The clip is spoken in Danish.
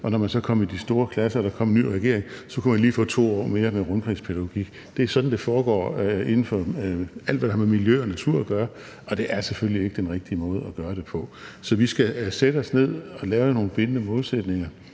og når man så kom i de store klasser og der kom en ny regering, kunne man lige få 2 år mere med rundkredspædagogik. Det er sådan, det foregår inden for alt, hvad der har med miljø og natur at gøre, og det er selvfølgelig ikke den rigtige måde at gøre det på. Så vi skal sætte os ned og lave nogle bindende målsætninger